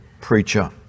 preacher